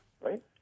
right